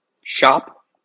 Shop